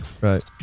Right